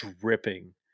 dripping